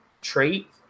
trait